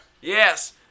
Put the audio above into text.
Yes